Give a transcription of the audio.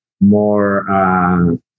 more